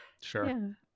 Sure